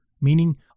meaning